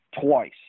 twice